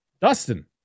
Dustin